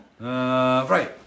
Right